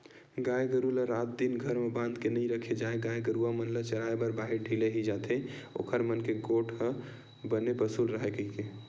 गाय गरु ल रात दिन घर म बांध के नइ रखे जाय गाय गरुवा मन ल चराए बर बाहिर ढिले ही जाथे ओखर मन के गोड़ ह बने पसुल राहय कहिके